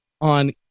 on